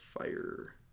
fire